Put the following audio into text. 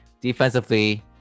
Defensively